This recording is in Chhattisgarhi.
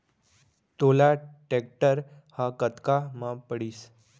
तोला टेक्टर ह कतका म पड़िस?